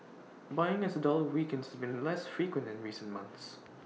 buying as the dollar weakens has been less frequent in recent months